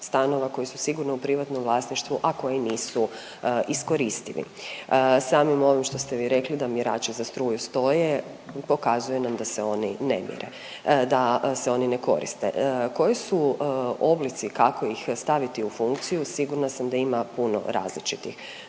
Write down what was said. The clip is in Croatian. stanova koji su sigurno u privatnom vlasništvu, a koji nisu iskoristivi. Samim ovim što ste vi rekli da mi račun za struju stoje, pokazuju nam da se oni ne mire, da se oni ne koriste. Koji su oblici kako ih staviti u funkciju, sigurno sam da ima puno različitih, no